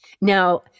Now